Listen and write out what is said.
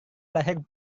lahir